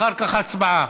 אחר כך, הצבעה.